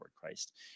Christ